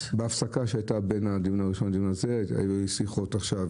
אבל בסוף של כל הדיונים האלה בחקיקה שבסופו של דבר האזרח יוכל